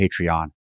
Patreon